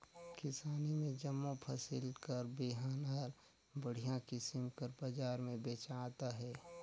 किसानी में जम्मो फसिल कर बीहन हर बड़िहा किसिम कर बजार में बेंचात अहे